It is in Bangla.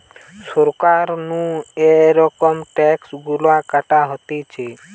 সরকার নু এরম ট্যাক্স গুলা কাটা হতিছে